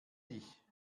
dich